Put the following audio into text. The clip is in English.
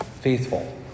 faithful